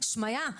שמעיה,